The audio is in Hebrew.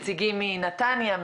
נציגים מנתניה,